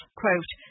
quote